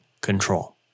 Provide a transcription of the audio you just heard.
control